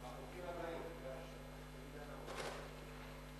בחוקים הבאים, לקריאה ראשונה.